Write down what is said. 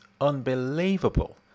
unbelievable